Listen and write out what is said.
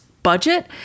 Budget